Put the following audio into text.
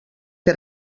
que